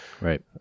Right